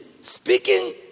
speaking